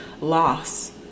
loss